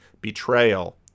betrayal